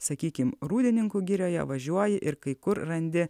sakykim rūdininkų girioje važiuoji ir kai kur randi